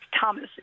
Thomas